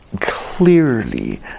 clearly